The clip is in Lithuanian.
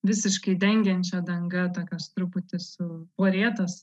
visiškai dengiančia danga tokios truputį su porėtas